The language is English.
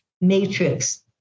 matrix